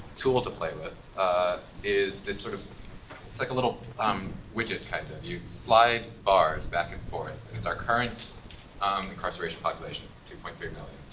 tool to play with is this sort of it's like a little um widget, kind of. you slide bars back and forth, and it's our current incarceration population. it's two point three million.